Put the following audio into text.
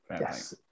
yes